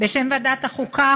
בשם ועדת החוקה,